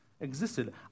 existed